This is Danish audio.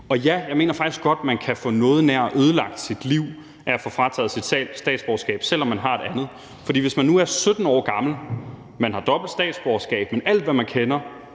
Og ja, jeg mener faktisk godt, man kan få noget nær ødelagt sit liv af at få frataget sit statsborgerskab, selv om man har et andet. Hvis man nu er 17 år gammel og har dobbelt statsborgerskab, men alt, hvad man kender,